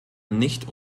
nicht